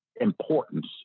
importance